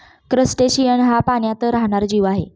crustacean हा पाण्यात राहणारा जीव आहे